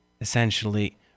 essentially